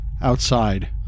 outside